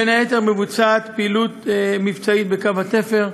בין היתר מבוצעת פעילות מבצעית בקו התפר,